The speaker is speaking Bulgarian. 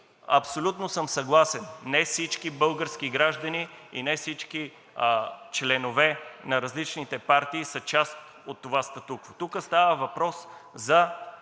времето е изтекло), не всички български граждани и не всички членове на различните партии са част от това статукво. Тук става въпрос за